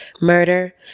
murder